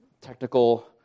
Technical